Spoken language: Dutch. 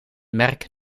merk